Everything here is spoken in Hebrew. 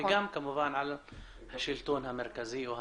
אבל גם על השלטון המרכזי או הממשלה.